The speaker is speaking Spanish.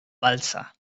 balsa